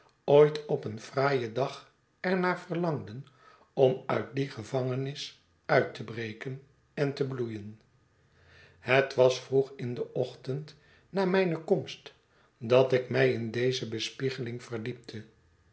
ooit op een fraaien dag er naar verlangden om nit die gevangenis uit te breken en te bloeien het was vroeg in den ochtend na mijne komst dat ik mlj in deze bespiegeling verdiepte